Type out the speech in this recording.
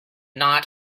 not